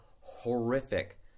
horrific